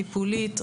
טיפולית,